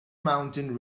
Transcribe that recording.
mountain